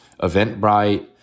Eventbrite